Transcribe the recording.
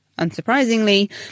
unsurprisingly